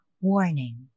Warning